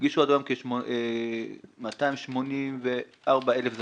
הגישו עד היום כ-284 אלף זכאים,